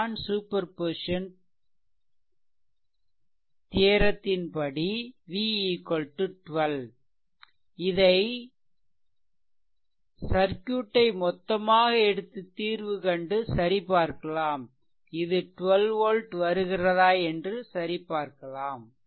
இதுதான் சூப்பர்பொசிசன் ன் படி V 12 இதை சர்க்யூட்டை மொத்தமாக எடுத்து தீர்வுகண்டு சரிபார்க்கலாம் இது 12 volt வருகிறதா என்று சரிபார்க்கலாம்